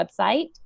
website